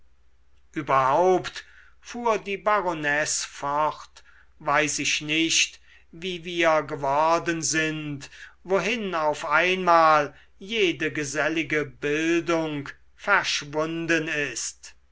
überhaupt fuhr die baronesse fort weiß ich nicht wie wir geworden sind wohin auf einmal jede gesellige bildung verschwunden ist